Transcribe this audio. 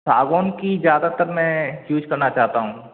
सागवान की ज़्यादातर मैं यूज करना चाहता हूँ